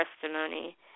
testimony